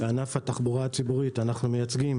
בענף התחבורה הציבורית אנחנו מייצגים